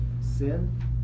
sin